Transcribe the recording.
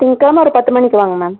திங்கக்கிழம ஒரு பத்து மணிக்கு வாங்க மேம்